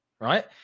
right